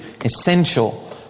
essential